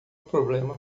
problema